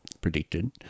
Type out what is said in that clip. predicted